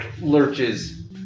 lurches